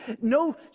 No